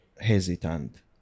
Hesitant